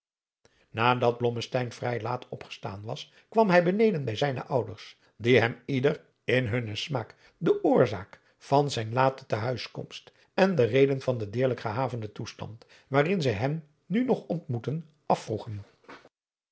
blommesteyn vrij laat opgestaan was kwam hij beneden bij zijne ouders die hem ieder in hunnen smaak de oorzaak van zijn late te huiskomst en de reden van den deerlijken gehavenden toestand waarin zij hem nu nog ontmoetten